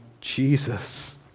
Jesus